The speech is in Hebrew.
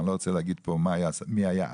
שאני לא רוצה להגיד פה מי הוא היה,